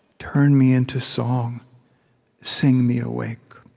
turn me into song sing me awake.